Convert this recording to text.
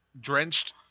drenched